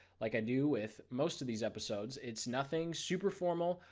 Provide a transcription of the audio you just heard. like i do with most of these episodes. it's nothing super formal.